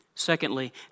Secondly